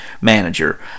manager